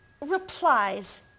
replies